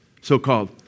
so-called